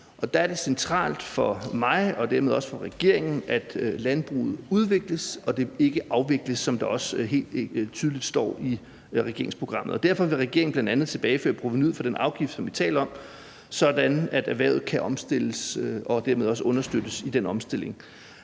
der er det centralt for mig og dermed også for regeringen, at landbruget udvikles og ikke afvikles, som der også helt tydeligt står i regeringsprogrammet. Derfor vil regeringen bl.a. tilbageføre provenuet fra den afgift, som vi taler om, sådan at erhvervet kan omstilles og dermed også understøttes i den omstilling.